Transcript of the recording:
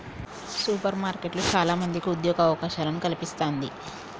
super మార్కెట్లు చాల మందికి ఉద్యోగ అవకాశాలను కల్పిస్తంది